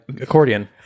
accordion